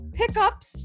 pickups